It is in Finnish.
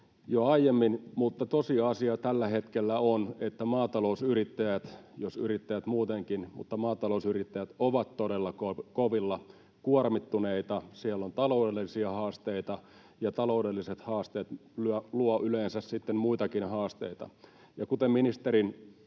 jo aiemmin, mutta tosiasia tällä hetkellä on, että maatalousyrittäjät — jos yrittäjät muutenkin, mutta etenkin maatalousyrittäjät — ovat todella kovilla, kuormittuneita. Siellä on taloudellisia haasteita, ja taloudelliset haasteet luovat yleensä sitten muitakin haasteita. Ja kuten ministerin